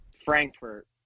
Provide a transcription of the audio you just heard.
Frankfurt